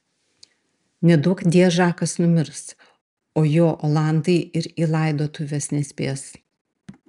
neduokdie žakas numirs o jo olandai ir į laidotuves nespės